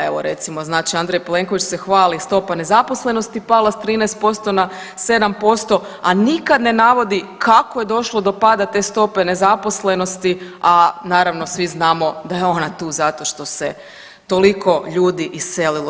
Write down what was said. Evo recimo znači Andrej Plenković se hvali stopa nezaposlenosti pala s 13% na 7%, a nikad ne navodi kako je došlo do pada te stope nezaposlenosti, a naravno svi znamo da je ona tu zato što se toliko ljudi iselilo.